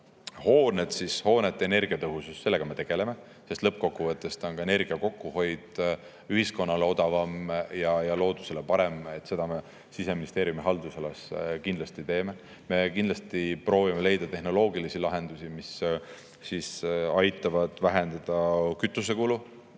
hooned: hoonete energiatõhususega me tegeleme, sest lõppkokkuvõttes on energia kokkuhoid ühiskonnale odavam ja loodusele parem. Seda me Siseministeeriumi haldusalas kindlasti teeme. Me kindlasti proovime leida tehnoloogilisi lahendusi, mis aitavad vähendada kütusekulu,